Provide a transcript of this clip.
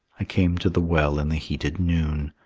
i came to the well in the heated noon,